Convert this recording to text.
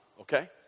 okay